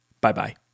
bye-bye